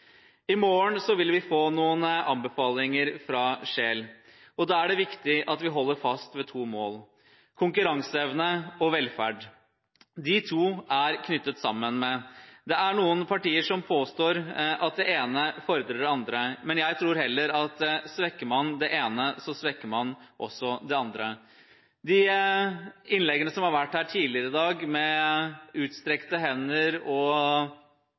I morgen vil vi få noen anbefalinger fra Scheel-utvalget. Da er det viktig at vi holder fast ved to mål: konkurranseevne og velferd. De to er knyttet sammen. Det er noen partier som påstår at det ene fordrer det andre, men jeg tror heller at svekker man det ene, svekker man også det andre. De innleggene som har vært her tidligere i dag med utstrakte hender og